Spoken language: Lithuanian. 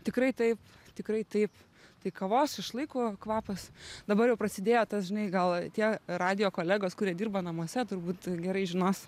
tikrai taip tikrai taip tai kavos šašlykų kvapas dabar jau prasidėjo tas žinai gal tie radijo kolegos kurie dirba namuose turbūt gerai žinos